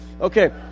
Okay